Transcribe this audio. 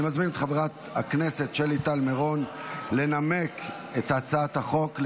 אני מזמין את חברת הכנסת שלי טל מירון לנמק את הצעת החוק.